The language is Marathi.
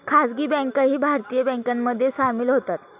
खासगी बँकाही भारतीय बँकांमध्ये सामील होतात